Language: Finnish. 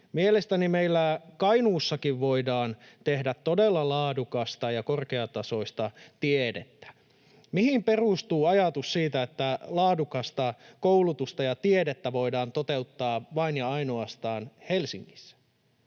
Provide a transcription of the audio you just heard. Mielestäni meillä Kainuussakin voidaan tehdä todella laadukasta ja korkeatasoista tiedettä. Mihin perustuu ajatus siitä, että laadukasta koulutusta ja tiedettä voidaan toteuttaa vain ja ainoastaan Helsingissä?